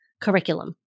curriculum